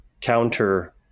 counter